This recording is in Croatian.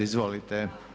Izvolite.